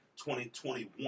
2021